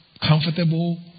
comfortable